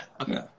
okay